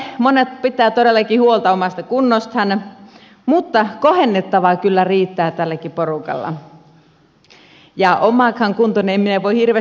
joukostamme monet pitävät todellakin huolta omasta kunnostaan mutta kohennettavaa kyllä riittää tälläkin porukalla ja omaakaan kuntoani en minä voi hirveästi kehua